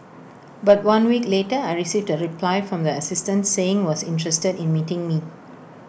but one week later I received A reply from the assistant saying was interested in meeting me